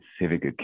civic